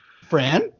Fran